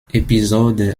episode